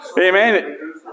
Amen